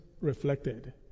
reflected